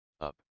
up